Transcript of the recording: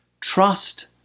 trust